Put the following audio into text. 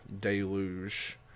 Deluge